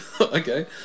Okay